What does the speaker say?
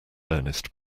ernest